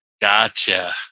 Gotcha